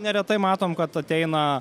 neretai matom kad ateina